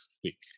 quick